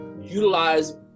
Utilize